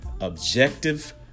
objective